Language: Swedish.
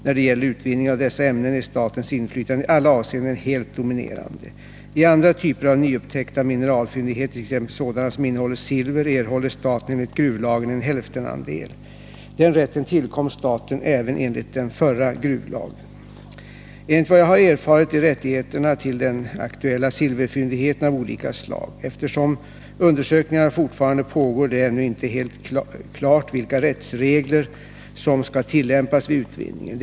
När det gäller utvinning av dessa ämnen är statens inflytande i alla avseenden helt dominerande. I andra typer av nyupptäckta mineralfyndigheter, t.ex. sådana som innehåller silver, erhåller staten enligt gruvlagen en hälftenandel. Den rätten tillkom staten även enligt den förra gruvlagen . Enligt vad jag har erfarit är rättigheterna till den aktuella silverfyndigheten av olika slag. Eftersom undersökningarna fortfarande pågår är det ännu inte helt klart vilka rättsregler som skall tillämpas vid utvinningen.